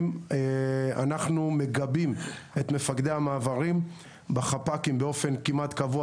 אנחנו מגבים את מפקדי המעברים בחפ"קים באופן כמעט קבוע